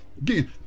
Again